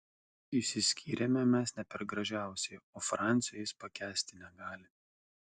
išsiskyrėme mes ne per gražiausiai o francio jis pakęsti negali